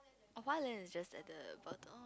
oh Hualien is just at the bottom